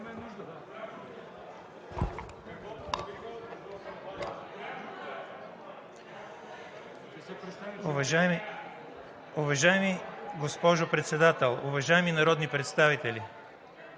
Уважаема госпожо Председател, уважаеми народни представители!